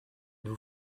vous